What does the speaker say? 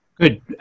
Good